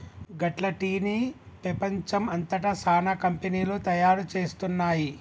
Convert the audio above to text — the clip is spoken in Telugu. గట్ల టీ ని పెపంచం అంతట సానా కంపెనీలు తయారు చేస్తున్నాయి